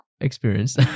experience